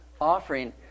offering